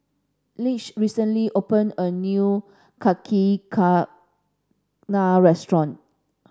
Leigh recently opened a new Yakizakana restaurant